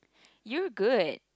you're good